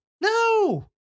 No